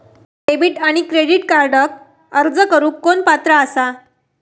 Debit आणि credit कार्डक अर्ज करुक कोण पात्र आसा?